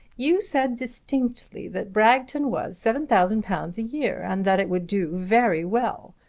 you said distinctly that bragton was seven thousand pounds a year, and that it would do very well.